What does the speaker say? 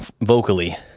vocally